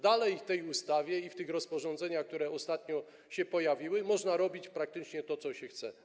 Dalej w tej ustawie i w tych rozporządzeniach, które ostatnio się pojawiły, można robić praktycznie to, co się chce.